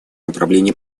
направлений